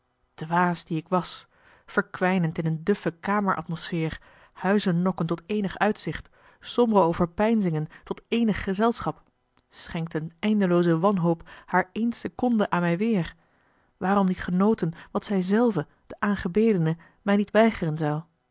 dwaas die ik was verkwijnend in een duffe kameratmosfeer huizennokken tot eenig uitzicht sombere marcellus emants een drietal novellen overpeinzingen tot eenig gezelschap schenkt een eindelooze wanhoop haar één seconde aan mij weer waarom niet genoten wat zij zelve de aangebedene mij niet weigeren zou